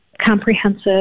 comprehensive